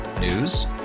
News